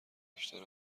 بیشتر